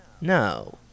No